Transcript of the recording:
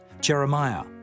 Jeremiah